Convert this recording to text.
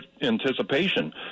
anticipation